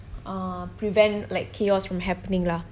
err prevent like chaos from happening lah